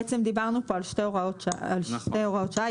בעצם דיברנו פה על שתי הוראות שעה על שתי הוראות שעה,